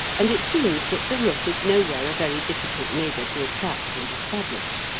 and it seems that the rook is nowhere a very difficult neighbour to attract and establish.